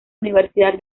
universidad